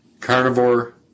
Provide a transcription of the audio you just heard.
carnivore